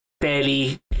barely